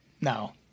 no